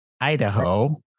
Idaho